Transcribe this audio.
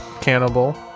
Cannibal